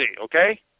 okay